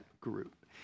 group